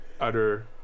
utter